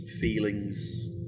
feelings